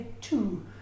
two